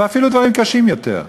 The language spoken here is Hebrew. ואפילו דברים קשים יותר,